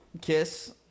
kiss